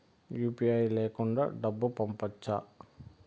UPI లేకుండా డబ్బు పంపొచ్చా